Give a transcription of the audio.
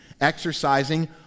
exercising